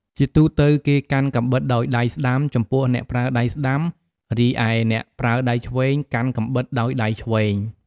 ជាទូទៅ គេកាន់កាំបិតដោយដៃស្តាំ ចំពោះអ្នកប្រើដៃស្ដាំ រីឯអ្នកប្រើដៃឆ្វេង កាន់កាំបិតដោយដៃឆ្វេង។